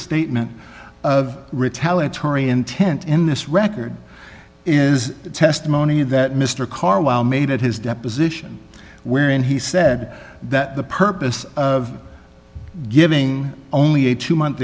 statement of retaliatory intent in this record is testimony that mr carwell made at his deposition wherein he said that the purpose of giving only a two month